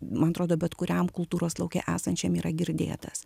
man atrodo bet kuriam kultūros lauke esančiam yra girdėtas